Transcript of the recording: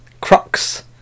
Crux